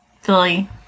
Philly